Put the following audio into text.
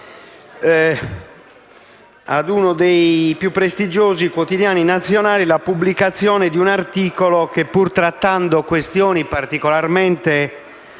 dei maggiori e più prestigiosi quotidiani nazionali la pubblicazione di un articolo che, pur trattando questioni particolarmente